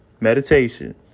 meditation